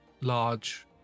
large